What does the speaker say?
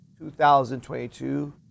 2022